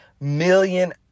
million